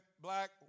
Black